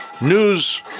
News